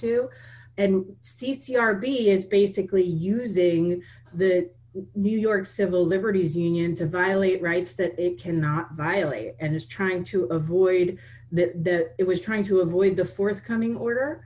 to and c c r be is basically using the new york civil liberties union to violate rights that it cannot violate and is trying to avoid that it was trying to avoid the forthcoming order